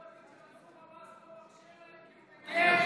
אתה לא מבין שמנסור עבאס לא מרשה להם כי הוא מגן